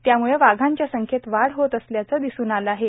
त्यामुळे वाघांच्या संख्येत वाढ होत असल्याचे दिसून आले आहे